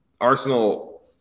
Arsenal